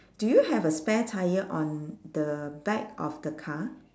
do you have a spare tyre on the back of the car